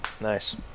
Nice